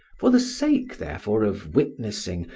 for the sake, therefore, of witnessing,